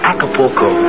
Acapulco